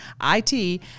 I-T